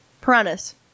piranhas